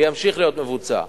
והוא ימשיך להיות מבוצע.